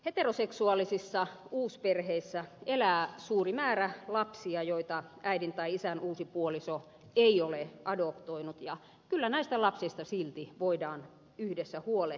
heteroseksuaalisissa uusperheissä elää suuri määrä lapsia joita äidin tai isän uusi puoliso ei ole adoptoinut ja kyllä näistä lapsista silti voidaan yhdessä huolehtia